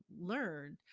learned